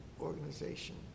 organization